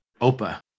Opa